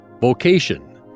Vocation